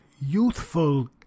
youthful